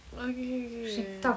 ookay ookay ya